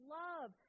love